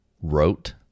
wrote